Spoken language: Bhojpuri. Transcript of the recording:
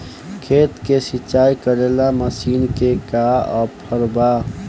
खेत के सिंचाई करेला मशीन के का ऑफर बा?